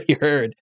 heard